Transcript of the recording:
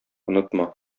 онытма